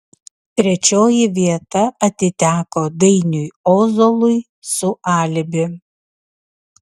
trečioji vieta atiteko dainiui ozolui su alibi